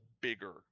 bigger